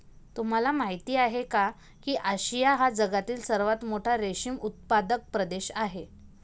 तुम्हाला माहिती आहे का की आशिया हा जगातील सर्वात मोठा रेशीम उत्पादक प्रदेश आहे